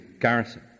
garrison